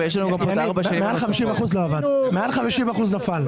מעל 50 אחוזים נפל.